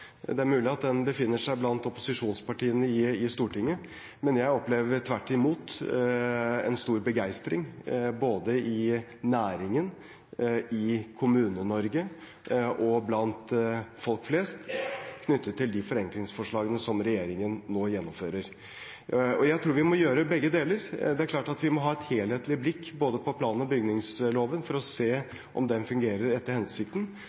opplever tvert imot en stor begeistring i næringen, i Kommune-Norge og blant folk flest knyttet til de forenklingsforslagene som regjeringen nå gjennomfører. Jeg tror vi må gjøre begge deler. Det er klart at vi må ha et helhetlig blikk på plan- og bygningsloven, for å se om den fungerer etter hensikten.